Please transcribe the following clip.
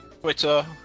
Twitter